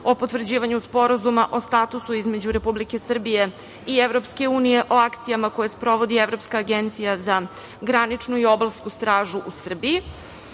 o potvrđivanju Sporazuma o statusu između Republike Srbije i EU o akcijama koje sprovodi Evropska agencija za graničnu i obalsku stražu u Srbiji.